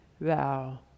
Thou